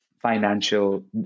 financial